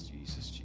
Jesus